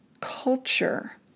culture